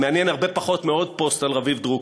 מעניין הרבה פחות מעוד פוסט על רביב דרוקר.